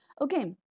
okay